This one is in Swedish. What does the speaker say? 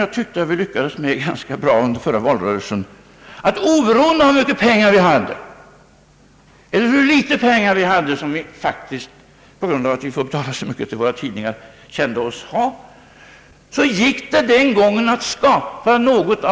Jag tyckte att vi lyckades ganska bra med det under förra valrörelsen, oberoende av hur mycket pengar vi hade, eller hur litet — som vi faktiskt kände oss ha på grund av att vi får betala så mycket till våra tidningar.